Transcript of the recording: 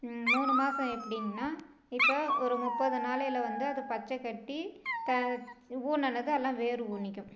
மூணு மாதம் எப்படின்னா இப்போ ஒரு முப்பது நாளையில் வந்து அது பச்சை கட்டி தா ஊறுனததும் எல்லாம் வேர் ஊனிக்கும்